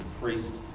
priest